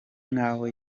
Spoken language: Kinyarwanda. nk’aho